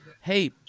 hey